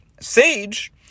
sage